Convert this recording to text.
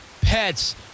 pets